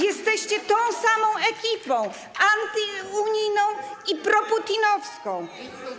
Jesteście tą samą ekipą: antyunijną i proputinowską.